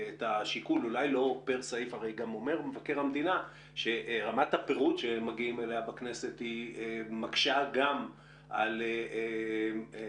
אומר מבקר המדינה שרמת הפירוט שמגיעים עליה בכנסת מקשה על הבנת